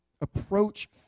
approach